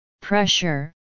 pressure